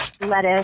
lettuce